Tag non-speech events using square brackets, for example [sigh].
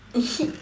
[laughs]